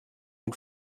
den